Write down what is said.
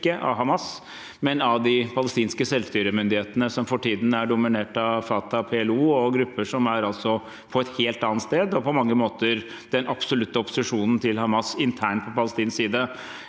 ikke av Hamas, men av de palestinske selvstyremyndighetene, som for tiden er dominert av Fatah, PLO og grupper som altså er på et helt annet sted, og som på mange måter er den absolutte opposisjonen til Hamas internt på palestinsk side.